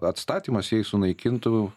atstatymas jei sunaikintų